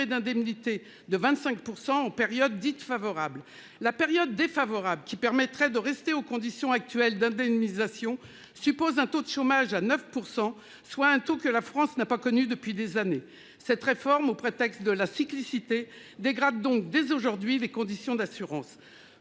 d'indemnité de 25% en période dite favorable la période défavorable qui permettrait de rester aux conditions actuelles d'indemnisation suppose un taux de chômage à 9%, soit un taux que la France n'a pas connu depuis des années cette réforme au prétexte de la cyclicité dégrade donc dès aujourd'hui les conditions d'assurance